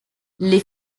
les